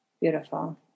Beautiful